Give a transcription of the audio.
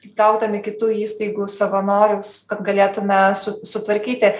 įtraukdami kitų įstaigų savanoriaus kad galėtume su sutvarkyti